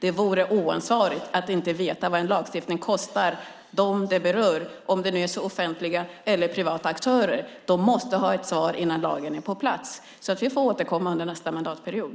Det vore oansvarigt att inte veta vad en lagstiftning innebär för kostnader. De som berörs, om det så är offentliga eller privata aktörer, måste ha ett svar innan lagen är på plats. Vi får återkomma under nästa mandatperiod.